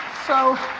so,